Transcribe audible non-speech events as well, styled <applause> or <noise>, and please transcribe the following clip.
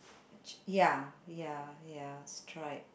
<noise> ya ya ya stripe